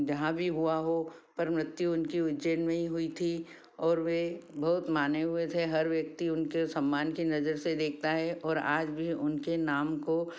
जहाँ भी हुआ हो पर मृत्यु उनकी उज्जैन में ही हुई थी और वे बहुत माने हुए थे हर व्यक्ति उनके सम्मान की नजर से देखता है और आज भी उनके नाम को